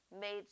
made